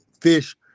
fish